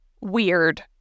weird